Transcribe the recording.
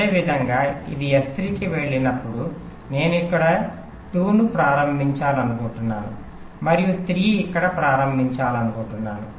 అదేవిధంగా ఇది S3 కి వెళ్ళినప్పుడు నేను ఇక్కడ 2 ను ప్రారంభించాలనుకుంటున్నాను మరియు 3 ఇక్కడ ప్రారంభించాలనుకుంటున్నాను